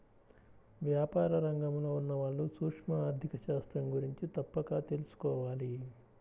వ్యాపార రంగంలో ఉన్నవాళ్ళు సూక్ష్మ ఆర్ధిక శాస్త్రం గురించి తప్పక తెలుసుకోవాలి